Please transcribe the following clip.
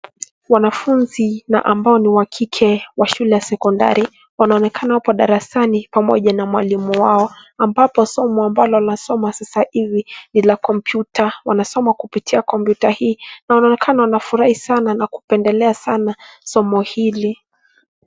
Wanafunzi na ambao ni wa kike wa shule ya sekondari wanaonekana wapo darasani pamoja na mwalimu wao ambapo somo ambalo wanasoma sasa hivi ni la kompyuta. Wanasoma kupitia kompyuta hii na wanaonekana wanafurahi sana na kupendelea sana somo hili.